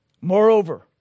Moreover